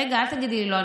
רגע, אל תגידי לי לא.